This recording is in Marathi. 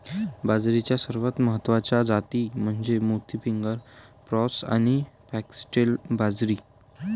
बाजरीच्या सर्वात महत्वाच्या जाती म्हणजे मोती, फिंगर, प्रोसो आणि फॉक्सटेल बाजरी